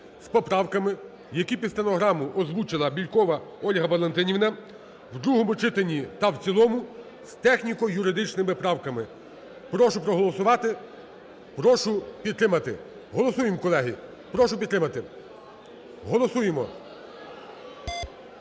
з поправками, які під стенограму озвучила Бєлькова Ольга Валентинівна, в другому читанні та в цілому з техніко-юридичними правками. Прошу проголосувати, прошу підтримати. Голосуємо, колеги, прошу підтримати. Голосуємо.